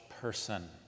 person